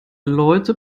leute